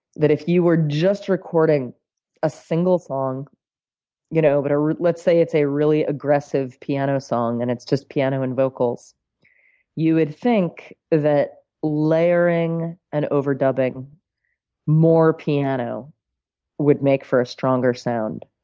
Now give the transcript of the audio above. that if you were just recording a single song you know but ah let's say it's a really aggressive piano song, and it's just piano and vocals you would think that layering and overdubbing more piano would make for a stronger sound.